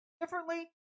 differently